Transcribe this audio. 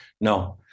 No